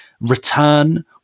return